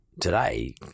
today